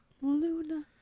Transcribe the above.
Luna